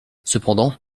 cependant